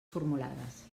formulades